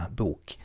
bok